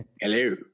Hello